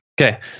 okay